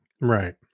Right